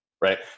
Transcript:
right